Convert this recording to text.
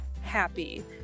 happy